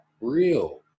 real